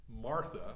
Martha